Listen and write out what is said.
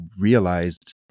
realized